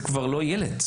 זה כבר לא ילד,